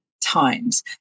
times